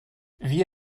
wie